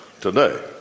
today